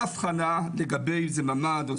אין אבחנה לגבי מעמד,